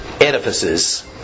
edifices